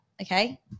okay